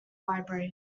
library